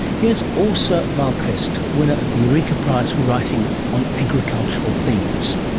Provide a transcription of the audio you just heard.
here's asa walquist, winner of the eureka prize for writing on agricultural themes.